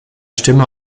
stimme